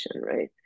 right